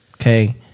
Okay